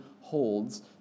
holds